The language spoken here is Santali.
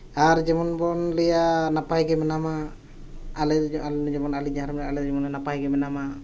ᱟᱨ ᱡᱮᱢᱚᱱ ᱵᱚᱱ ᱞᱟᱹᱭᱟ ᱱᱟᱯᱟᱭ ᱜᱮ ᱢᱮᱱᱟᱢᱟ ᱟᱞᱮ ᱫᱚ ᱡᱮᱢᱚᱱ ᱟᱹᱞᱤᱧ ᱡᱟᱦᱟᱸ ᱨᱮ ᱢᱮᱱᱟᱜ ᱟᱹᱞᱤᱧ ᱞᱤᱧ ᱢᱮᱱᱟ ᱱᱟᱯᱟᱭ ᱜᱮ ᱢᱮᱱᱟᱢᱟ